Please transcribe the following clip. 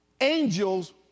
angels